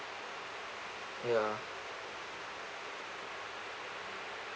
ya